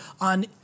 on